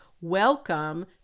welcome